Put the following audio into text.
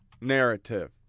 narrative